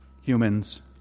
humans